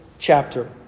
Chapter